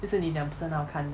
就是你讲不是很好看的